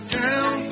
down